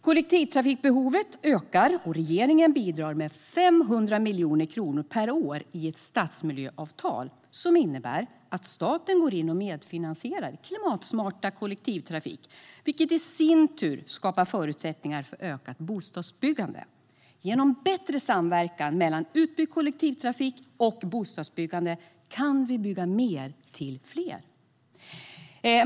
Kollektivtrafikbehovet ökar, och regeringen bidrar med 500 miljoner kronor per år i ett stadsmiljöavtal som innebär att staten går in och medfinansierar klimatsmart kollektivtrafik, vilket i sin tur skapar förutsättningar för ökat bostadsbyggande. Genom bättre samverkan mellan utbyggd kollektivtrafik och bostadsbyggande kan vi bygga mer till fler.